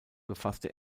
befasste